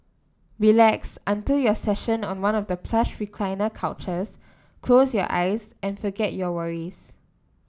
relax until your session on one of the plush recliner couches close your eyes and forget your worries